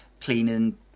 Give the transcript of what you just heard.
cleaning